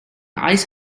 ice